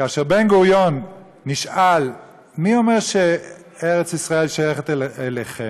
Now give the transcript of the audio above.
כאשר בן-גוריון נשאל: מי אמר שארץ ישראל שייכת לכם?